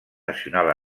nacional